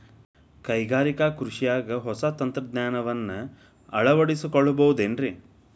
ಕೈಗಾರಿಕಾ ಕೃಷಿಯಾಗ ಹೊಸ ತಂತ್ರಜ್ಞಾನವನ್ನ ಅಳವಡಿಸಿಕೊಳ್ಳಬಹುದೇನ್ರೇ?